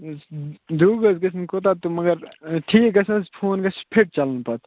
دِیو گَژھِ گَژھٕنۍ کوٗتاہ تہٕ مگر ٹھیٖک گَژھِ نہٕ حظ فون گَژھِ فِٹ چَلُن پَتہٕ